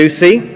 Lucy